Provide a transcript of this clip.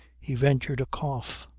he ventured a cough.